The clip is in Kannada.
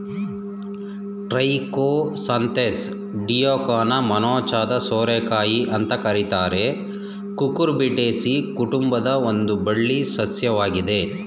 ಟ್ರೈಕೋಸಾಂಥೆಸ್ ಡಿಯೋಕಾನ ಮೊನಚಾದ ಸೋರೆಕಾಯಿ ಅಂತ ಕರೀತಾರೆ ಕುಕುರ್ಬಿಟೇಸಿ ಕುಟುಂಬದ ಒಂದು ಬಳ್ಳಿ ಸಸ್ಯವಾಗಿದೆ